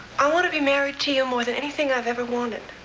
i want to be married to you more than anything i've ever wanted.